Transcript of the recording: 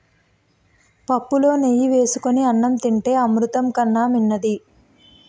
పుప్పులో నెయ్యి ఏసుకొని అన్నం తింతే అమృతం కన్నా మిన్నది